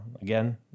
again